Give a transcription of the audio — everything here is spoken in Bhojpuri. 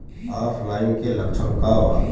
ऑफलाइनके लक्षण क वा?